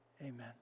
Amen